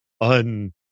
un